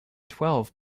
twelve